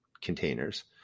containers